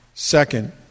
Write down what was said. Second